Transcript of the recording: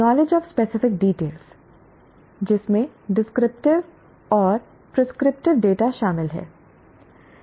knowledge of specific details जिसमें descriptive और prescriptive data शामिल हैं